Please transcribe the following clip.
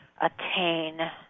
attain